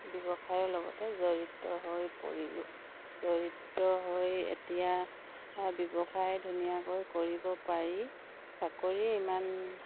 ব্যৱসায়ৰ লগতে জড়িত হৈ পৰিলোঁ জড়িত হৈ এতিয়া ব্যৱসায় ধুনীয়াকৈ কৰিব পাৰি চাকৰি ইমান